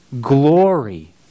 glory